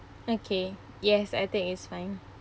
okay yes I think it's fine